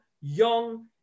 young